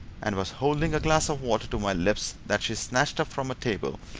and was holding a glass of water to my lips that she snatched up from a table,